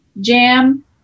jam